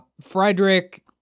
Frederick